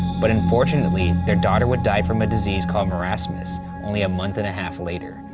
but unfortunately their daughter would die from a disease called marasmus only a month and a half later.